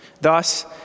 Thus